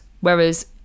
Whereas